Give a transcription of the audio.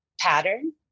pattern